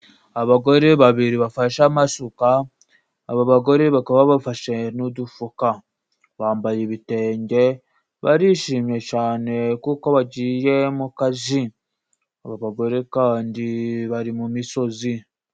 Aabagore babiri bafashe masuka aba bagore bakaba bafashe n'udufuka bambaye ibitenge barishimye cyane, kuko bagiye mu kazi abobagore kandi bari mu misozi.